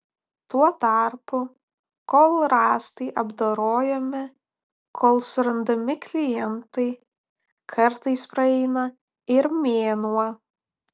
tuo tarpu kol rąstai apdorojami kol surandami klientai kartais praeina ir mėnuo